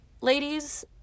ladies